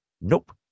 Nope